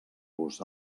vos